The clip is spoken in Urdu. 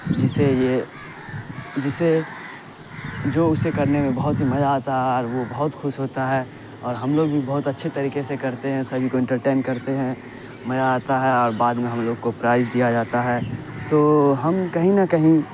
جسے یہ جسے جو اسے کرنے میں بہت ہی مزہ آتا ہے اور وہ بہت خوش ہوتا ہے اور ہم لوگ بھی بہت اچھے طریقے سے کرتے ہیں سبھی کو انٹرٹین کرتے ہیں مزہ آتا ہے اور بعد میں ہم لوگ کو پرائز دیا جاتا ہے تو ہم کہیں نہ کہیں